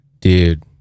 Dude